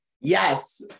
Yes